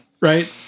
right